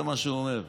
זה מה שהוא אומר,